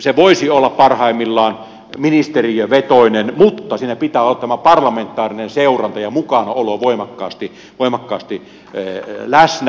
se voisi olla parhaimmillaan ministeriövetoinen mutta siinä pitää olla tämä parlamentaarinen seuranta ja mukanaolo voimakkaasti läsnä